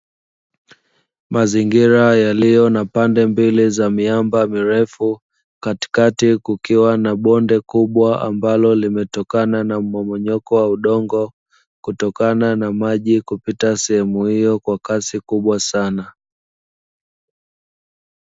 Mazingira yaliyo na pande mbili za miamba mirefu katikati kukiwa na bonde kubwa, ambalo limetokana na mmomonyoko wa udongo kutokana na maji kupita sehemu hiyo kwa kasi kubwa sana.